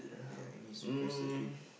ya any specific